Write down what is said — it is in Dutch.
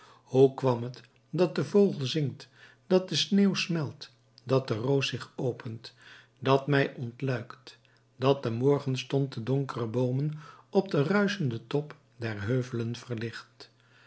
hoe komt het dat de vogel zingt dat de sneeuw smelt dat de roos zich opent dat mei ontluikt dat de morgenstond de donkere boomen op den ruischenden top der heuvelen verlicht